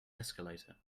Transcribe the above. escalator